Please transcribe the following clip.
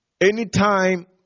anytime